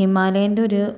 ഹിമാലയേൻ്റെ ഒരു